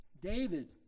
David